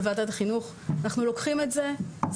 בוועדת החינוך: אנחנו לוקחים את זה ומרחיבים